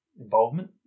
involvement